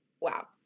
Wow